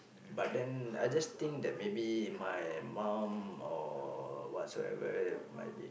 but then I just think that maybe my mom or what so ever might be